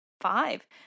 five